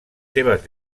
seves